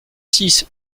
six